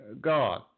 God